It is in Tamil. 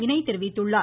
வினய் தெரிவித்துள்ளார்